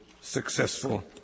successful